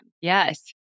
Yes